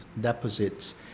deposits